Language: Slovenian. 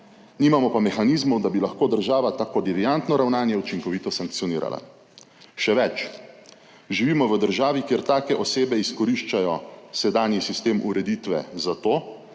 nimamo pa mehanizmov, da bi lahko država tako deviantno ravnanje učinkovito sankcionirala. Še več, živimo v državi, kjer take osebe izkoriščajo sedanji sistem ureditve za to,